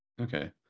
Okay